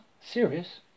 Serious